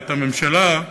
את הממשלה,